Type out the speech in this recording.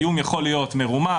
האיום יכול להיות מרומז,